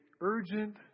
urgent